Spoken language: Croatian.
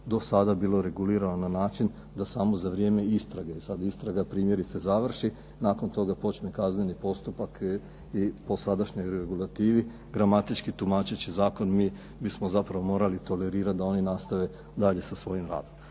do sada bilo regulirano na način da samo za vrijeme istrage, da sad istraga primjerice završi, nakon toga počne kazneni postupak i po sadašnjoj regulativi gramatički tumačeći zakon mi bismo zapravo morali tolerirati da oni nastave dalje sa svojim radom.